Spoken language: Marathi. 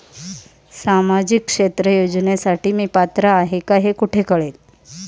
सामाजिक क्षेत्र योजनेसाठी मी पात्र आहे का हे कुठे कळेल?